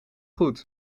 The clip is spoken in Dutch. goed